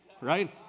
right